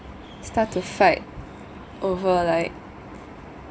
start to fight over like